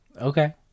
Okay